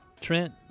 Trent